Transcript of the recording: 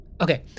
Okay